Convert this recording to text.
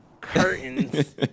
curtains